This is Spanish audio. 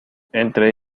entre